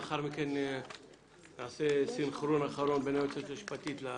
לאחר מכן נעשה סנכרון אחרון עם היועצת המשפטית.